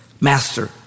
master